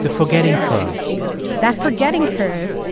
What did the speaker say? the forgetting curve that forgetting curve,